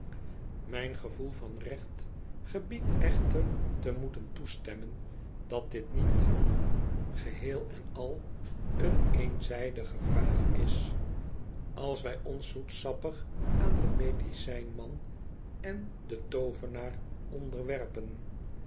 mijn gevoel van recht gebiedt echter te moeten toestemmen dat dit niet geheel en al een eenzijdige vraag is als wij ons zoetsappig aan den medicijn man en den too venaar onderwerpen